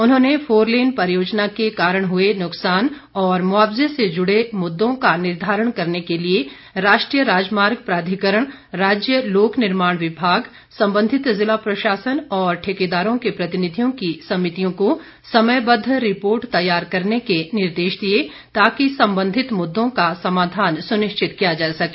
उन्होंने फोरलेन परियोजनाओं के कारण हुए नुकसान और मुआवजे से जुड़े मुददों का निर्धारण करने के लिए राष्ट्रीय राजमार्ग प्राधिकरण राज्य लोक निर्माण विभाग संबंधित ज़िला प्रशासन और ठेकेदारों के प्रतिनिधियों की समितियों को समयबद्व रिपोर्ट तैयार करने के निर्देश दिए ताकि संबंधित मुददों का समाधान सुनिश्चित किया जा सके